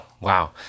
Wow